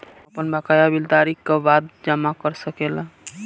हम आपन बकाया बिल तारीख क बाद जमा कर सकेला?